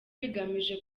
bigamije